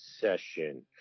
session